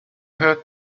heard